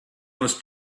was